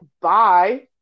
bye